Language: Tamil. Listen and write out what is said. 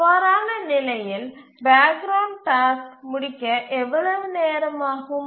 அவ்வாறான நிலையில் பேக் கிரவுண்ட் டாஸ்க் முடிக்க எவ்வளவு நேரம் ஆகும்